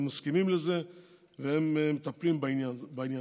הם מסכימים לזה ומטפלים בעניין הזה.